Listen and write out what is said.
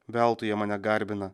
veltui jie mane garbina